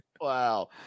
Wow